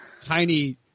tiny